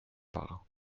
war